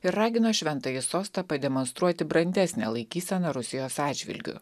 ir ragino šventąjį sostą pademonstruoti brandesnę laikyseną rusijos atžvilgiu